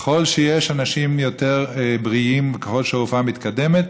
ככל שיש אנשים יותר בריאים וככל שהרפואה מתקדמת,